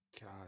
God